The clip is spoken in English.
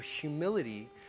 humility